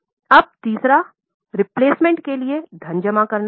अब तीसरा प्रतिस्थापन के लिए धन जमा करना है